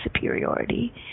superiority